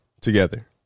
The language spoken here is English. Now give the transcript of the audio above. together